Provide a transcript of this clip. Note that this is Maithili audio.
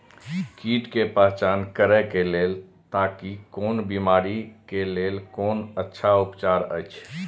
कीट के पहचान करे के लेल ताकि कोन बिमारी के लेल कोन अच्छा उपचार अछि?